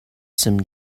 some